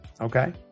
Okay